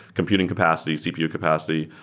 computing capacity, cpu capacity.